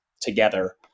together